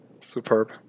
Superb